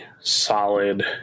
solid